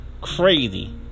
Crazy